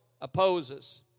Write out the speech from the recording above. opposes